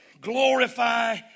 glorify